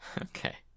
Okay